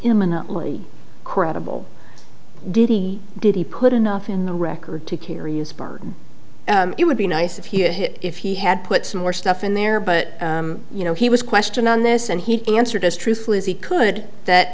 imminently credible did he did he put enough in the record to carry it would be nice if he hit if he had put some more stuff in there but you know he was questioned on this and he answered as truthfully as he could that